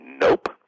nope